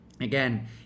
Again